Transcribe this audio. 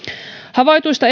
havaituista